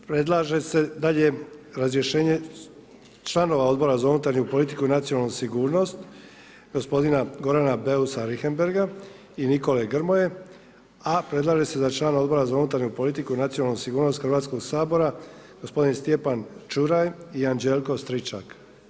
Predlaže se dalje razrješenje članova Odbora za unutarnju politiku i nacionalnu sigurnost gospodina Gorana Beusa Richembergha i Nikole Grmoje a predlaže se za člana Odora za unutarnju politiku i nacionalnu sigurnost Hrvatskoga sabora gospodin Stjepan Čuraj i Anđelko Stričak.